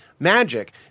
Magic